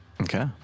Okay